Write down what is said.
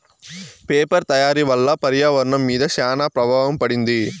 paper తయారీ వల్ల పర్యావరణం మీద శ్యాన ప్రభావం పడింది